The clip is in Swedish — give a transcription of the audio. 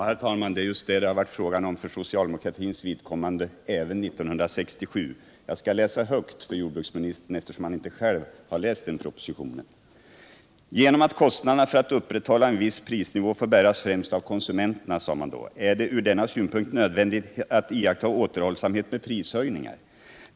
Herr talman! Det är just detta det var frågan om för socialdemokratins vidkommande även 1967. Jag skall läsa högt för jordbruksministern, eftersom han inte själv har läst 1967 års proposition: ”Genom att kostnaderna för att upprätthålla en viss prisnivå får bäras främst av konsumenterna är det ur denna synpunkt nödvändigt att iaktta återhållsamhet med prishöjningar.